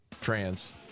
trans